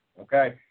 okay